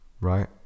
right